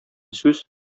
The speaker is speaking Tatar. сүз